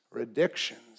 addictions